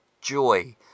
joy